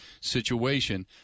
situation